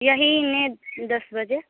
यही नेट दस बजे